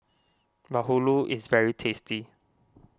Bahulu is very tasty